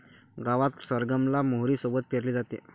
गावात सरगम ला मोहरी सोबत पेरले जाते